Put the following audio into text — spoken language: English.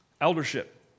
Eldership